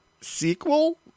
sequel